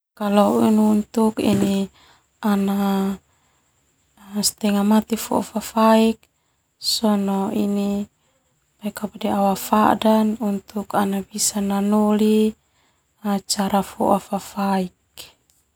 Kalau untuk au afadan untuk ana bisa nanoli foa fafaik.